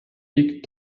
бік